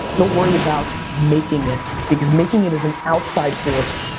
don't worry about making it. because making it is an outside force.